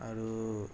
আৰু